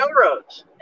railroads